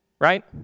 right